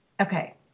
okay